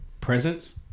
presence